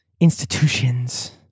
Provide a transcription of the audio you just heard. institutions